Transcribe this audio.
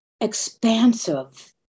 expansive